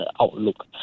outlook